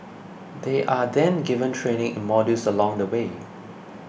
they are then given training in modules along the way